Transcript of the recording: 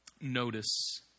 Notice